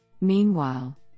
Meanwhile